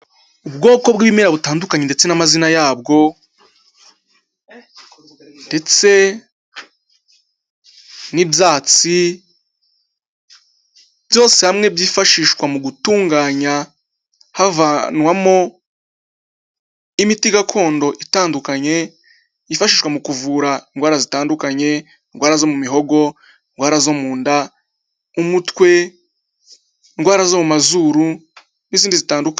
Ubwoko bw'ibimera butandukanye ndetse n'amazina yabwo ndetse n'ibyatsi byose hamwe byifashishwa mu gutunganya havanwamo imiti gakondo itandukanye yifashishwa mu kuvura indwara zitandukanye: indwara zo mu mihogo, indwara zo mu nda, umutwe, indwara zo mu mazuru n'izindi zitandukanye.